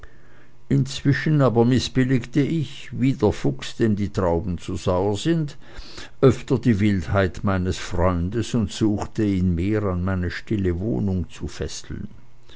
inzwischen aber mißbilligte ich wie der fuchs dem die trauben zu sauer sind öfter die wildheit meines freundes und suchte ihn mehr an meine stille wohnung zu fesseln